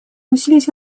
усилить